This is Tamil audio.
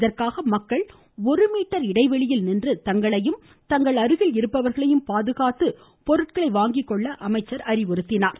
இதற்காக மக்கள் ஒரு மீட்டர் இடைவெளியில் நின்று தங்களையும் தங்கள் அருகில் இருப்பவர்களையும் பாதுகாத்து பொருட்களை வாங்கிக் கொள்ள அமைச்சர் அறிவுறுத்தியுள்ளார்